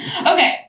okay